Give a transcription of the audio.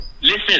Listen